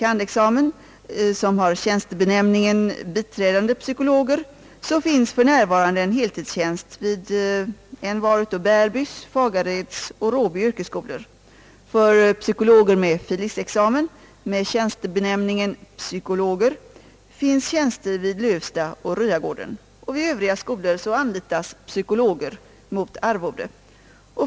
kand.-examen, vilka har tjänstebenämningen biträdande psykologer, finns för närvarande en heltidstjänst vid envar av Bärby, Fagareds och Råby ungdomsvårdsskolor. För psykologer med fil. lic.- examen, med tjänstebenämningen psykologer, finns tjänster vid Lövsta och Ryagården. Vid övriga skolor anlitas psykologer mot arvode.